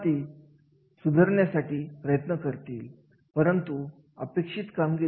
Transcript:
येथे तुम्हाला मुख्य फरक दिसून येईल तो म्हणजे एखादं काम कर्तव्य